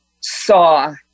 saw